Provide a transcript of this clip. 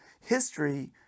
history